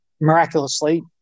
miraculously